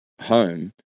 home